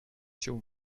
się